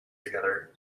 together